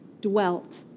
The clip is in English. dwelt